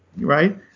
right